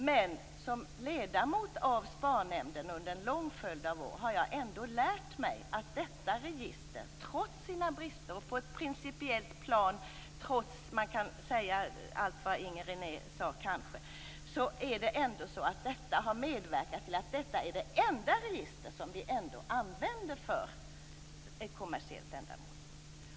Men som ledamot av SPAR nämnden under en lång följd av år har jag ändå lärt mig att detta register, trots sina brister, på ett principiellt plan - och man kan kanske säga allt vad Inger René sade - ändå har medverkat till att det är det enda register som vi använder för kommersiellt ändamål.